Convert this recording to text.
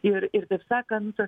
ir ir taip sakant